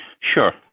Sure